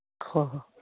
ꯍꯣ ꯍꯣ